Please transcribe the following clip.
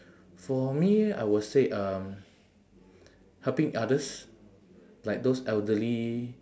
for me I will say um helping others like those elderly